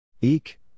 Eek